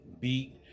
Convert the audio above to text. beat